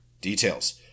details